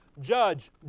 Judge